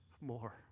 more